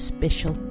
Special